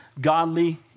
Godly